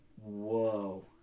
whoa